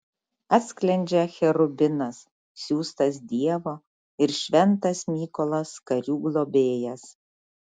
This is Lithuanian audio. atsklendžia cherubinas siųstas dievo ir šventas mykolas karių globėjas